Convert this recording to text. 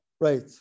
Right